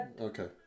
Okay